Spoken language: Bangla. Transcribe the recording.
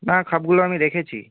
না খাপগুলো আমি রেখেছি